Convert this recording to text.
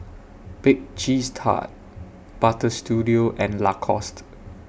Bake Cheese Tart Butter Studio and Lacoste